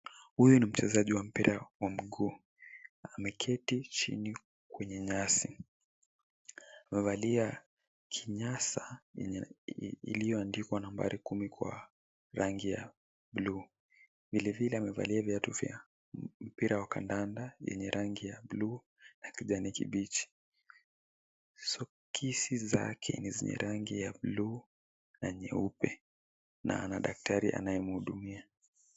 Huyu ni mchezaji wa mpira wa mguu, ameketi chini kwenye nyasi. Amevalia kinyasa yenye iliyoandikwa nambari kumi kwa rangi ya buluu. Vilevile amevaa viatu vya mpira wa kandanda vyenye rangi ya buluu na kijani kibichi. Sokisi zake ni zenye rangi ya buluu na nyeupe na ana daktari anayemhudumia.